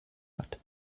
hat